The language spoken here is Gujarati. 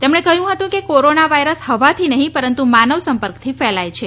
તેમણે કહ્યું હતું કે કોરોના વાયરસ હવાથી નહીં પરંતુ માનવ સંપર્કથી ફેલાય છે